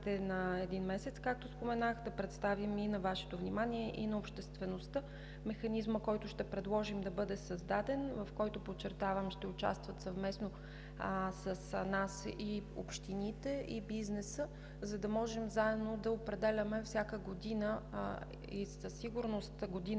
на един месец, както споменах, да представим на Вашето внимание и на обществеността механизма, който ще предложим да бъде създаден. В него, подчертавам, ще участват съвместно с нас и общините, и бизнесът, за да можем заедно да определяме всяка година и със сигурност година